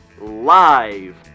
live